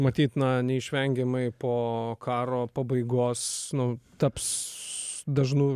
matyt na neišvengiamai po karo pabaigos nu taps dažnu